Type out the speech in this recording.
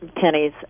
Kenny's